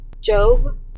Job